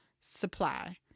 supply